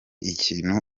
ikintu